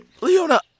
Leona